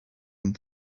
and